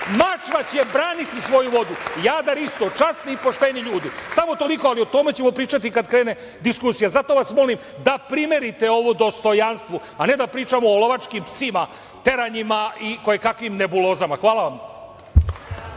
će braniti svoju vodu, Jadar isto, časni i pošteni ljudi. Samo toliko ali o tome ćemo pričati kad krene diskusija. Zato vas molim da primerite ovo dostojanstvu a ne da pričamo o lovačkim psima, teranjima i kojekakvim nebulozama. Hvala vam.